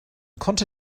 konnte